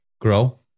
grow